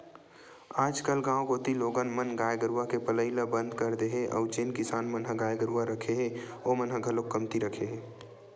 आजकल गाँव कोती लोगन मन गाय गरुवा के पलई ल बंद कर दे हे अउ जेन किसान मन ह गाय गरुवा रखे हे ओमन ह घलोक कमती रखे हे